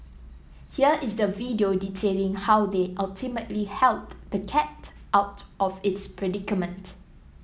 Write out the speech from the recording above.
here is the video detailing how they ultimately helped the cat out of its predicament